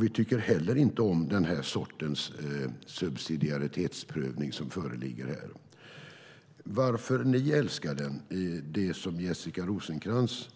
Vi tycker inte heller om den sortens subsidiaritetsprövning som föreslås här. Det som Jessica Rosencrantz